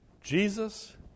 Jesus